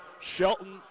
Shelton